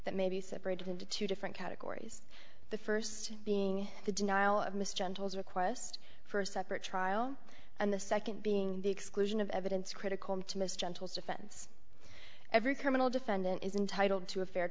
that may be separated into two different categories the first being the denial of miss gentles request for a separate trial and the second being the exclusion of evidence critical to miss gentles defense every criminal defendant is entitled to a fair